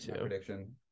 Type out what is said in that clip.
prediction